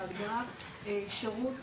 ההגדרה שירות,